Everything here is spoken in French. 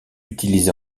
utilisé